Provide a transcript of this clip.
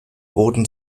wurden